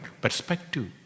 perspective